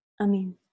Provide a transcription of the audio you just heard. Amen